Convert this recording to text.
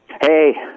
Hey